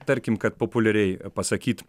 tarkim kad populiariai pasakyt